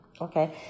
Okay